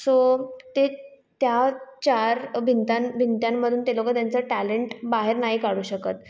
so ते त्या चार भिंत्यां भिंत्यांमधून ते लोकं त्यांचं टॅलेन्ट बाहेर नाही काढू शकत